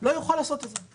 לא יוכל לעשות את זה.